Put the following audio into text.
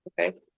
Okay